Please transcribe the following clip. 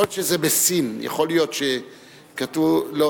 יכול להיות שזה בשׂי"ן,